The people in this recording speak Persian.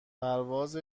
پرواز